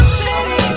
city